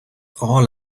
all